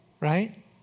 right